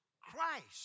Christ